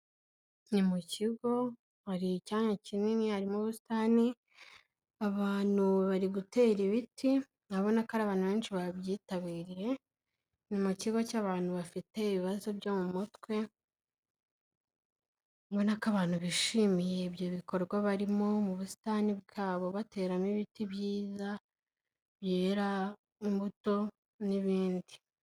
Ni mu kigo hari icyanya kinini harimo ubusitani, abantu bari gutera ibiti urabona ko ari abantu benshi babyitabiriye, ni mu kigo cy'abantu bafite ibibazo byo mu mutwe, ubona ko abantu bishimiye ibyo bikorwa barimo mu busitani bwa bo bateramo ibiti byiza byera imbuto n'ibindi.